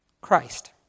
Christ